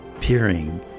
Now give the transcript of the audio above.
peering